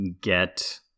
get